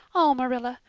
oh, marilla,